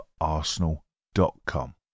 arsenal.com